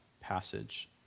passage